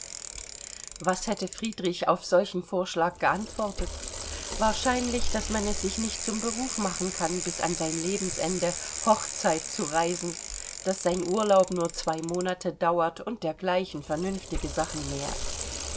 was hätte mir friedrich auf solchen vorschlag geantwortet wahrscheinlich daß man es sich nicht zum beruf machen kann bis an sein lebensende hochzeitzureisen daß sein urlaub nur zwei monate dauert und dergleichen vernünftige sachen mehr